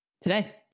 Today